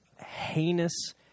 heinous